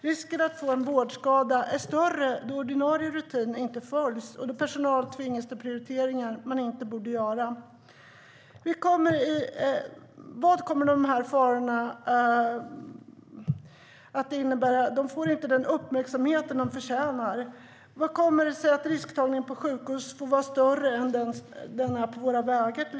Risken att få en vårdskada är större då ordinarie rutiner inte följs och då personal tvingas till prioriteringar den inte borde behöva göra. Vad kommer de här farorna att innebära? De får inte den uppmärksamhet de förtjänar. Hur kommer det sig att risktagandet på sjukhus får vara större än det är till exempel på våra vägar?